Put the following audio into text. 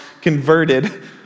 converted